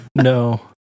No